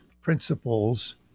principles